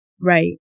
right